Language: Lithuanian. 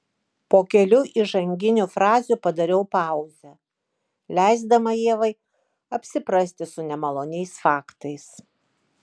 po kelių įžanginių frazių padariau pauzę leisdama ievai apsiprasti su nemaloniais faktais